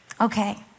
Okay